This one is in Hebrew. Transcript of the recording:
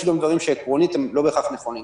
יש גם דברים שעקרונית הם לא בהכרח נכונים.